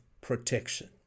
protection